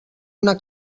una